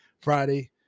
Friday